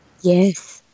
Yes